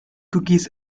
cookies